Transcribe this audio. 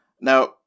Now